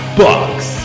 bucks